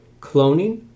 cloning